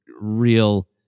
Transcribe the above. real